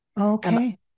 Okay